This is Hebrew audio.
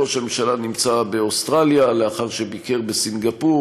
ראש הממשלה נמצא באוסטרליה לאחר שביקר בסינגפור,